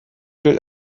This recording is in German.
gilt